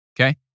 Okay